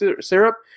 syrup